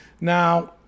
Now